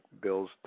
Bill's